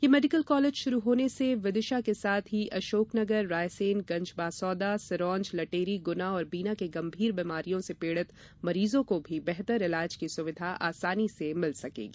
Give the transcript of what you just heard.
ये medical college शुरू होने से विदिशा के साथ ही अशोकनगर रायसेन गंजबासौदा सिरोंज लटेरी गुना और बीना के गंभीर बीमारियों से पीड़ित मरीजों को भी बेहतर इलाज की सुविधा आसानी से मिल सकेगी